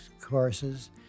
courses